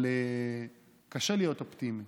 אבל קשה להיות אופטימי,